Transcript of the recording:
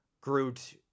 Groot